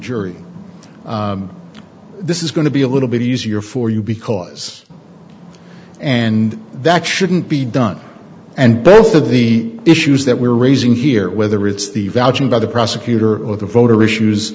jury this is going to be a little bit easier for you because and that shouldn't be done and both of the issues that we're raising here whether it's the vouching by the prosecutor or the voter issues